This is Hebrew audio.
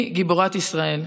היא גיבורת ישראל.